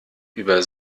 über